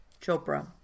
Chopra